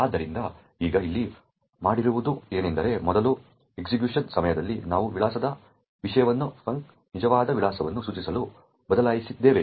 ಆದ್ದರಿಂದ ಈಗ ಇಲ್ಲಿ ಮಾಡಿರುವುದು ಏನೆಂದರೆ ಮೊದಲ ಎಕ್ಸಿಕ್ಯೂಶನ್ ಸಮಯದಲ್ಲಿ ನಾವು ವಿಳಾಸದ ವಿಷಯಗಳನ್ನು ಫಂಕ್ನ ನಿಜವಾದ ವಿಳಾಸವನ್ನು ಸೂಚಿಸಲು ಬದಲಾಯಿಸಿದ್ದೇವೆ